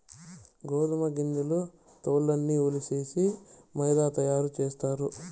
గోదుమ గింజల తోల్లన్నీ ఒలిసేసి మైదా తయారు సేస్తారు